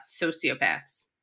sociopaths